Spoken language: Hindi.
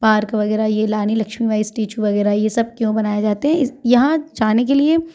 पार्क वगैरह ये रानी लक्ष्मीबाई स्टैचू वगैरह ये सब क्यों बनाए जाते हैं यहाँ जाने के लिए